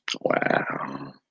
Wow